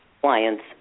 Clients